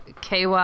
KY